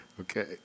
Okay